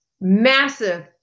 massive